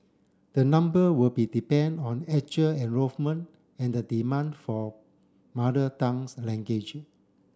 the number will be dependent on actual enrolment and the demand for mother tongue's language